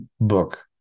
book